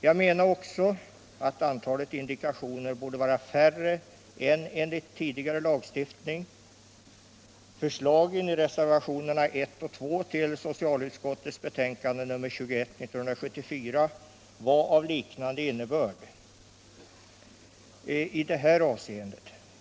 Jag menade också att antalet indikationer borde vara färre än enligt tidigare lagstiftning. Förslagen i reservationerna 1 och 2 till socialutskottets betänkande nr 21 år 1974 var i det avseendet av liknande innebörd.